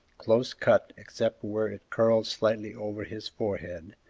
close cut excepting where it curled slightly over his forehead,